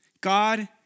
God